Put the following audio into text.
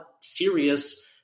serious